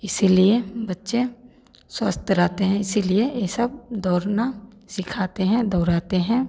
इसीलिए बच्चे स्वस्थ रहते हैं इसीलिए ये सब दौड़ना सिखाते हैं दौराते हैं